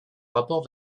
rapport